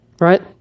Right